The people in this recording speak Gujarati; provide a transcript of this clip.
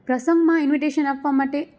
પ્રસંગમાં ઇન્વિટેશન આપવા માટે